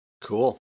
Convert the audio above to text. Cool